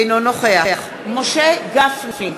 אינו נוכח משה גפני,